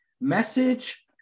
message